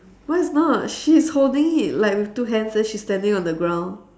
mine is not she is holding it like with two hands then she's standing on the ground